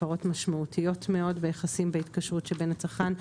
הפרות משמעותיות מאוד ביחסים בהתקשרות שבין הצרכן.